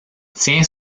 tient